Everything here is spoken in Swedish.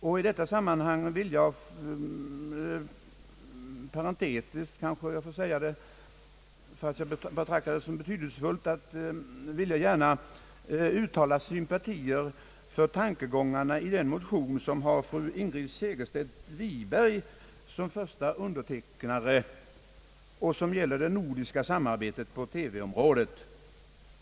I detta sammanhang vill jag gärna uttala sympatier för tankegångarna i den motion, som har fru Segerstedt Wiberg som första undertecknare och som gäller det nordiska samarbetet på TV-området.